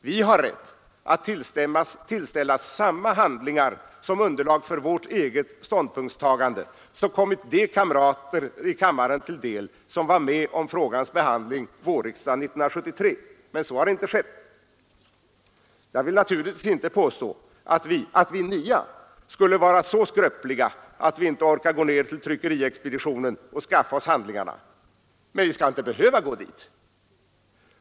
Vi har rätt att tillställas samma handlingar som underlag för vårt eget ståndpunktstagande som kommit de kamrater i kammaren till del, som var med om frågans behandling vårriksdagen 1973, men så har inte skett. Jag vill naturligtvis inte påstå att vi nya skulle vara så skröpliga att vi inte orkar gå ned till tryckeriexpeditionen och skaffa oss handlingarna. Men vi skall inte behöva gå dit.